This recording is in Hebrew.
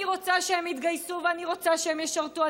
אני רוצה שהם יתגייסו ואני רוצה שהם ישרתו.